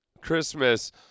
Christmas